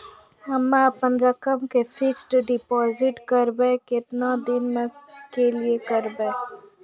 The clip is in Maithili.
हम्मे अपन रकम के फिक्स्ड डिपोजिट करबऽ केतना दिन के लिए करबऽ?